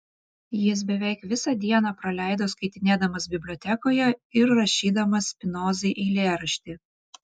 jis beveik visą dieną praleido skaitinėdamas bibliotekoje ir rašydamas spinozai eilėraštį